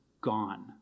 gone